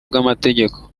bw’amategeko